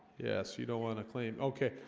yes, you don't want to claim. okay?